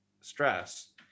stress